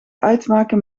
uitmaken